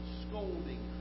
scolding